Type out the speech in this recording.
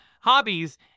hobbies